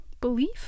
Belief